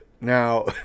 Now